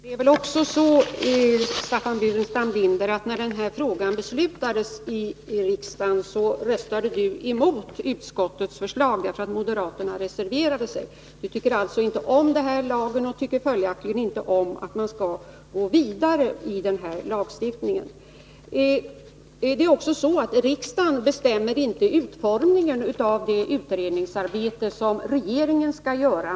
Herr talman! Det är väl också så, Staffan Burenstam Linder, att när riksdagen beslutade i denna fråga, så röstade Staffan Burenstam Linder emot utskottets förslag därför att moderaterna reserverade sig. Staffan Burenstam Linder tycker alltså inte om denna lag och tycker följaktligen inte att man skall gå vidare i denna lagstiftning. Riksdagen bestämmer inte utformningen av det utredningsarbete som regeringen skall göra.